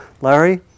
Larry